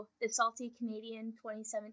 thesaltycanadian2017